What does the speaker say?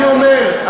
אני אומר,